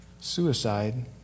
suicide